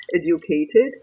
educated